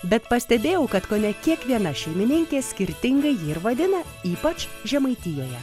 bet pastebėjau kad kone kiekviena šeimininkė skirtingai jį ir vadina ypač žemaitijoje